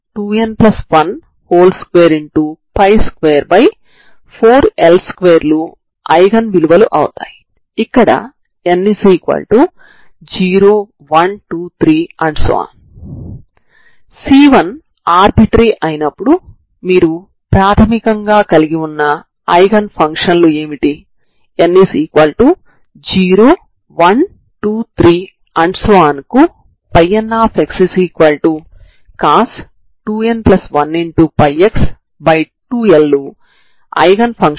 అంటే 0 అవుతుంది మరియు ఇది లైన్ అవుతుంది మరియు ఈ లైన్ xct 0 అంటే 0 అవుతుంది ఎందుకంటే మీ లు ξ x ct ηxct అవుతాయి కాబట్టి కాబట్టి మీరు ఒకసారి దీన్ని కలిగి వున్న తర్వాత మీరు ఈ సమీకరణాన్ని సమాకలనం చేయాలి